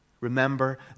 Remember